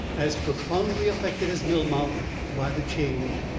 as profoundly affected as melmount by the change,